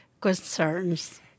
concerns